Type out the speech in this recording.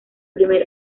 primer